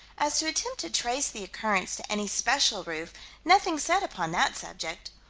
as to attempt to trace the occurrence to any special roof nothing said upon that subject.